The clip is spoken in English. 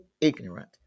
ignorant